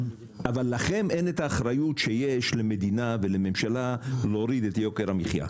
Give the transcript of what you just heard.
אבל לכם אין את האחריות שיש למדינה ולממשלה להוריד את יוקר המחייה.